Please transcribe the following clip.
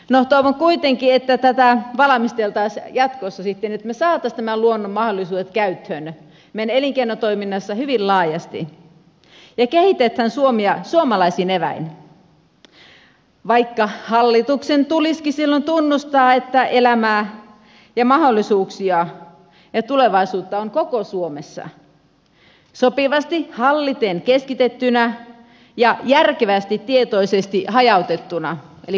no toivon kuitenkin että tätä valmisteltaisiin sitten jatkossa että me saisimme nämä luonnon mahdollisuudet käyttöön meidän elinkeinotoiminnassa hyvin laajasti ja kehitetään suomea suomalaisin eväin vaikka hallituksen tulisikin silloin tunnustaa että elämää ja mahdollisuuksia ja tulevaisuutta on koko suomessa sopivasti halliten keskitettynä ja järkevästi tietoisesti hajautettuna eli kumpaakin